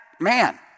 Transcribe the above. man